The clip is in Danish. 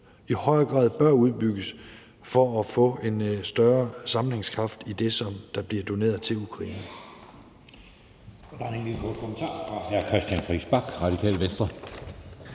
i højere grad bør udbygges for at få en større sammenhængskraft i det, der bliver doneret til Ukraine.